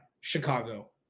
chicago